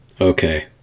Okay